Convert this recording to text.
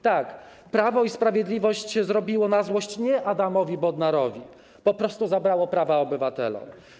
Tak, Prawo i Sprawiedliwość zrobiło na złość nie Adamowi Bodnarowi, po prostu zabrało prawa obywatelom.